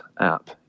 app